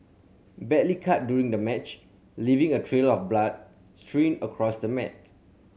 badly cut during the match leaving a trail of blood strewn across the mat